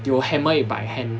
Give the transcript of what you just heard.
they will hammer it by hand